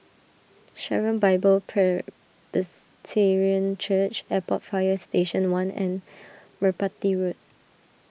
Sharon Bible Presbyterian Church Airport Fire Station one and Merpati Road